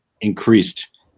increased